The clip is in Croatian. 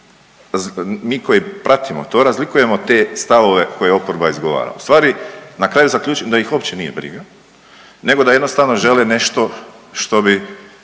Mi koji pratimo to, razlikujemo te stavove koje oporba izgovara. U stvari na kraju zaključim da ih uopće nije briga, nego da jednostavno žele nešto što bi